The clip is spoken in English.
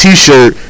T-shirt